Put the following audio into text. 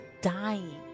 dying